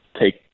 take